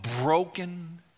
broken